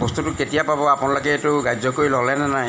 বস্তুটো কেতিয়া পাব আপোনালোকে এইটো গ্ৰাহ্য কৰি ল'লেনে নাই